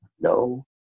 No